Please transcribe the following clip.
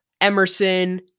Emerson